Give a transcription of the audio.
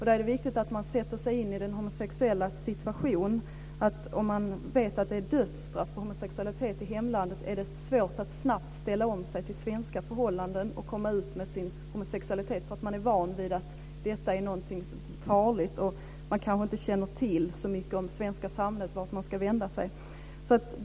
Då är det viktigt att sätta sig in i den homosexuellas situation. Om man vet att det är dödsstraff för homosexualitet i hemlandet är det svårt att snabbt ställa om sig till svenska förhållanden och komma ut med sin homosexualitet, eftersom man är van vid att detta är något farligt, och man kanske inte känner till så mycket om det svenska samhället och vart man ska vända sig.